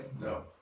No